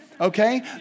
okay